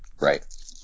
right